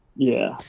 yeah.